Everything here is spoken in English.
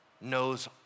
knows